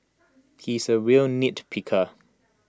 he is A real nitpicker